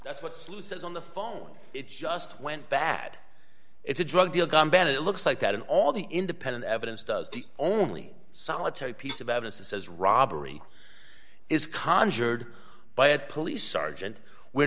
that's what sluices on the phone it just went bad it's a drug deal gone bad it looks like that and all the independent evidence does the only solitary piece of evidence that says robbery is conjured by a police sergeant where